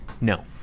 No